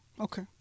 okay